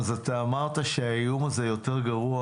אז אתה אמרת שהאיום הזה יותר גרוע